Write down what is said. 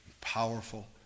powerful